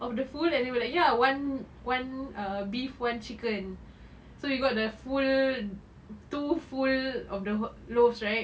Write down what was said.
of the full and then we were like ya one one uh beef one chicken so we got the full two full of the loaves right